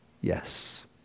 yes